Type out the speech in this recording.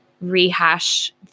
rehash